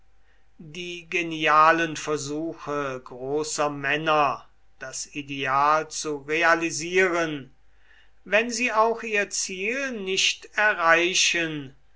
die genialen versuche großer männer das ideal zu realisieren wenn sie auch ihr ziel nicht erreichen